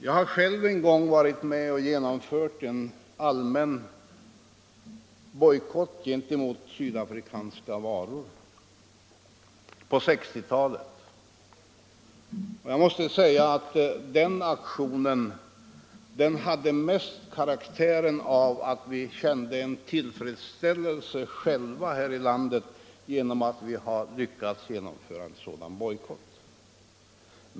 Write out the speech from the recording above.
Jag har själv en gång på 1960-talet varit med om att genomföra en allmän bojkott gentemot sydafrikanska varor. Jag måste säga att den aktionen mest hade effekten att vi själva här i landet kände tillfredsställelse över att vi lyckades genomföra en sådan bojkott.